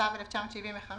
התשל"ו-1975